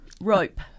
rope